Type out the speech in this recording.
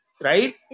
right